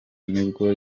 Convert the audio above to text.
nibwo